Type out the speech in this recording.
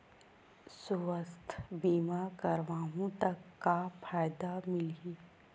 सुवास्थ बीमा करवाहू त का फ़ायदा मिलही?